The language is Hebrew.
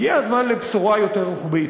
הגיע הזמן לבשורה יותר רוחבית.